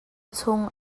chung